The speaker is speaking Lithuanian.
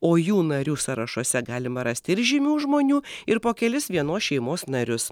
o jų narių sąrašuose galima rasti ir žymių žmonių ir po kelis vienos šeimos narius